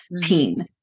teen